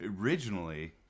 originally